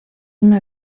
una